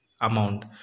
amount